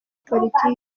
politike